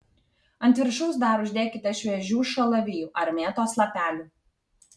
ant viršaus dar uždėkite šviežių šalavijų ar mėtos lapelių